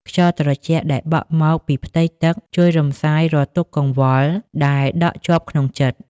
ខ្យល់ត្រជាក់ដែលបក់មកពីផ្ទៃទឹក ជួយរំសាយរាល់ទុក្ខកង្វល់ដែលដក់ជាប់ក្នុងចិត្ត។